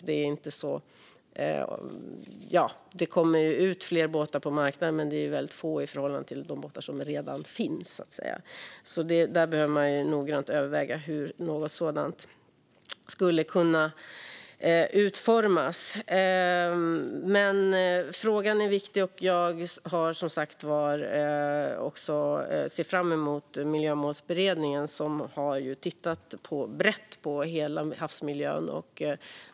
Det kommer ut fler båtar på marknaden, men det är väldigt få i förhållande till de båtar som redan finns. Därför behöver man noggrant överväga hur något sådant skulle kunna utformas. Frågan är viktig, och jag ser som sagt var fram emot Miljömålsberedningen, som ju har tittat brett på hela havsmiljön.